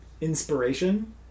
inspiration